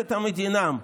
מועצת המדינה,